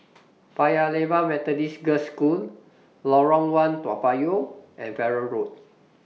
Paya Lebar Methodist Girls' School Lorong one Toa Payoh and Farrer Road